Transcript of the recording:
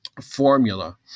formula